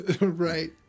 right